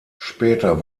später